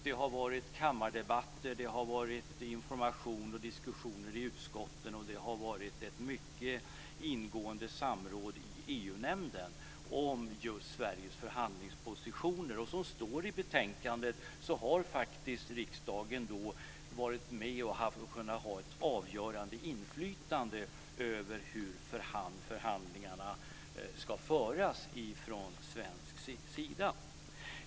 Det har varit kammardebatter, information och diskussioner i utskotten, och det har varit ett mycket ingående samråd i EU-nämnden om just Sveriges förhandlingspositioner. Som det står i betänkandet har riksdagen då varit med och kunnat ha ett avgörande inflytande över hur förhandlingarna ska föras från svensk sida.